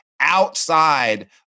outside